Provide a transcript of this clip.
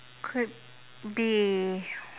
could be